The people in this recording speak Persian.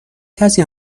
کسی